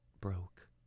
broke